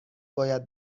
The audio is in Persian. باید